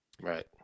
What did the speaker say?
Right